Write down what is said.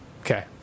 Okay